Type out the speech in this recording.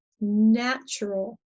natural